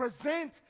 present